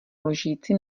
lžíci